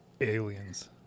Aliens